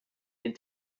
den